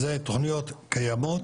אלו תוכניות קיימות